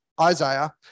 Isaiah